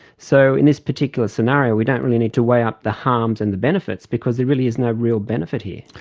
so in this particular scenario we don't really need to weigh up the harms and the benefits because there really is no real benefit here.